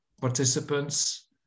participants